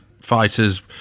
fighters